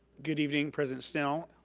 good evening, president snell,